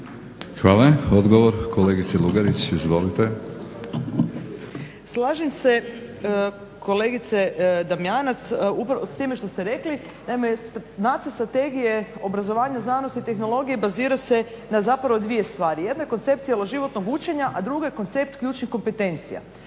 Hvala. Odgovor, kolegice Lugarić, izvolite. **Lugarić, Marija (SDP)** Slažem se kolegice Damjanac s time što ste rekli. Naime, Nacrt strategije obrazovanja, znanosti i tehnologije bazira se na zapravo dvije stvari. Jedna je koncepcija cjeloživotnog učenja a druga je koncept ključnih kompetencija.